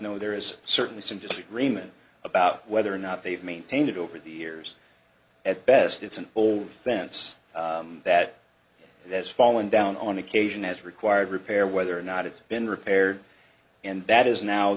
know there is certainly some disagreement about whether or not they've maintained it over the years at best it's an old fence that that's fallen down on occasion as required repair whether or not it's been repaired and that is now